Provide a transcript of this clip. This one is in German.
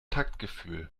taktgefühl